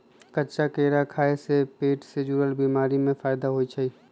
कच्चा केरा खाय से पेट से जुरल बीमारी में फायदा होई छई